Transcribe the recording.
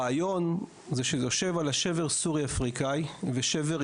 הרעיון שזה יושב על השבר הסורי-אפריקאי ושבר יקום.